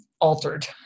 altered